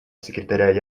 секретаря